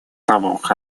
двух